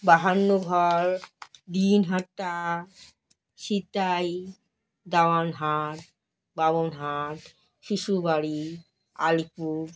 Bahannaghar Dinhata Sitai Dewanhat Bamanhat Shishubari Alipur